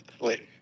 Later